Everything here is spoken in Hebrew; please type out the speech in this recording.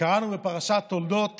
קראנו בפרשת תולדות